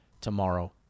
tomorrow